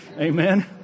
Amen